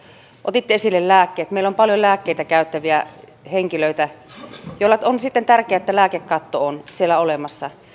otitte esille lääkkeet meillä on paljon lääkkeitä käyttäviä henkilöitä joille on tärkeää että lääkekatto on olemassa